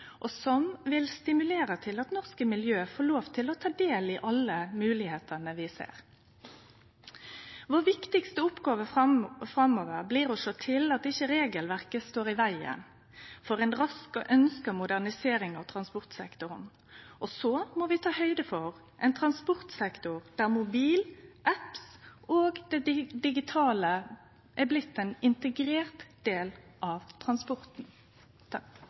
og som vil stimulere til at norske miljø får lov til å ta del i alle moglegheitene vi ser. Den viktigaste oppgåva vår framover blir å sjå til at ikkje regelverket står i vegen for ei rask og ønskt modernisering av transportsektoren. Så må vi ta høgd for ein transportsektor der mobil, appar og det digitale er blitt ein integrert del av transporten.